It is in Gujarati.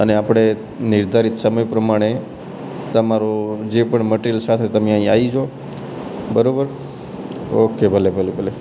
અને આપણે નિર્ધારિત સમય પ્રમાણે તમારો જે પણ મટિરિયલ સાથે તમે અહીં આવી જાવ બરાબર ઓકે ભલે ભલે ભલે